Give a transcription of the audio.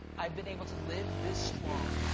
i've been able to live this long.